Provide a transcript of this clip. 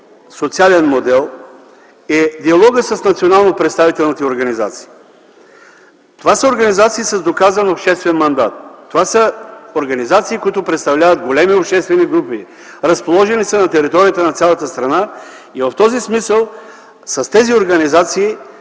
социален модел е диалогът с националнопредставителните организации. Това са организации с доказан обществен мандат. Това са организации, които представляват големи обществени групи - разположени са на територията на цялата страна. В този смисъл държавата